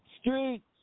Streets